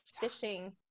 fishing